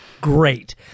Great